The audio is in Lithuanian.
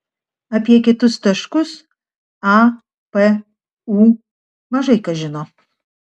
apie kitus taškus a p u mažai kas žino